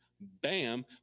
Bam